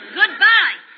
goodbye